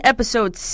Episode